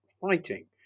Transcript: fighting